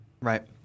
Right